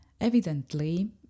Evidently